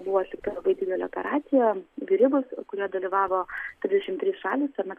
buvo atlikta labai didelė operacija gribus kurio dalyvavo trišim trys šalys tame